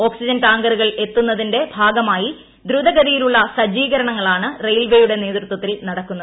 oxygen ടാങ്കറുകൾ എത്തുന്നതിന്റെ ഭാഗമായി ദ്രുതഗതിയിലുളള സജ്ജീകരണ പ്രവർത്തനങ്ങളാണ് റെയിൽവേയുടെ നേതൃത്വത്തിൽ നടക്കുന്നത്